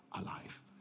alive